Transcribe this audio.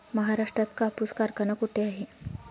महाराष्ट्रात कापूस कारखाना कुठे आहे?